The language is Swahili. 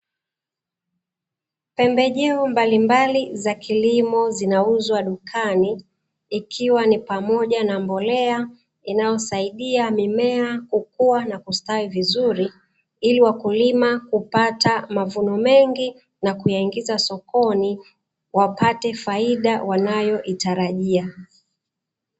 Pembejeo mbalimbali za kilimo zinauzwa dukani ikiwa ni pamoja na mbolea inayosaidia mimea kukua na kustawi vuziri ili wakulima kupata mavuno mengi na kuyaingiza sokoni wapate faida wanayoitarajia.